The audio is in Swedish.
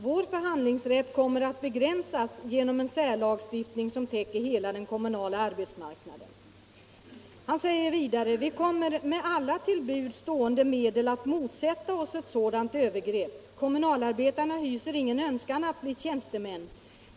Vår förhandlingsrätt kommer att begränsas genom en särlagstiftning som täcker hela den kommunala arbetsmarknaden.” Han säger vidare: ”—-—-—- vi kommer med alla till buds stående medel att motsätta oss ett sådant övergrepp! Kommunalarbetarna hyser ingen önskan att bli tjänstemän.